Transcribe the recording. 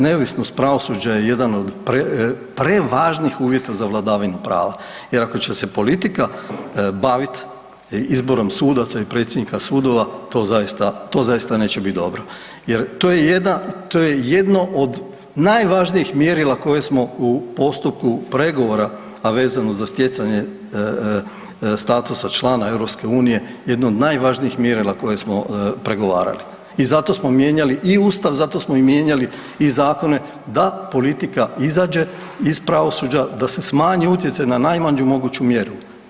Neovisnost pravosuđa je jedan od prevažnih uvjeta za vladavinu prava jer, ako će se politika baviti izborom sudaca i predsjednika sudova, to zaista neće biti dobro je to je jedno od najvažnijih mjerila koje smo u postupku pregovora, a vezano za stjecanje statusa člana EU, jedna od najvažnijih mjerila koje smo pregovarali i zato smo mijenjali i Ustav, zato smo i mijenjali i zakone, da politika izađe iz pravosuđa, da se smanji utjecaj na najmanju moguću mjeru.